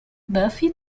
buffy